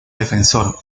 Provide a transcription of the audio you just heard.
defensor